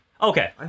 Okay